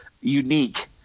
unique